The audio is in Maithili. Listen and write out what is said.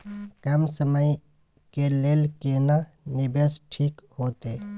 कम समय के लेल केना निवेश ठीक होते?